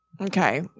Okay